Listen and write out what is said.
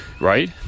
right